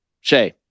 Shay